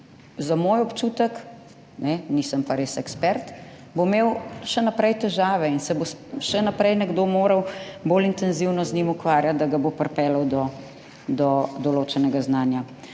Za moj občutek, res pa nisem ekspert, bo imel še naprej težave in se bo še naprej nekdo moral bolj intenzivno z njim ukvarjati, da ga bo pripeljal do določenega znanja.